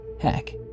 Heck